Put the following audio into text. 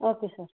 okay sir